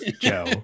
Joe